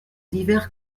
divers